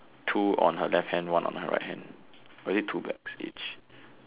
two on her left hand one on her right hand or is it two bags each